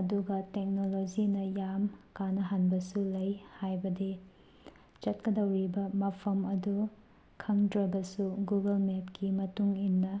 ꯑꯗꯨꯒ ꯇꯦꯛꯅꯣꯂꯣꯖꯤꯅ ꯌꯥꯝ ꯀꯥꯅꯍꯟꯕꯁꯨ ꯂꯩ ꯍꯥꯏꯕꯗꯤ ꯆꯠꯀꯗꯧꯔꯤꯕ ꯃꯐꯝ ꯑꯗꯨ ꯈꯪꯗ꯭ꯔꯕꯁꯨ ꯒꯨꯒꯜ ꯃꯦꯞꯀꯤ ꯃꯇꯨꯡ ꯏꯟꯅ